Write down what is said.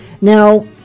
Now